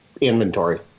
inventory